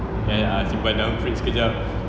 then uh simpan dalam fridge sekejap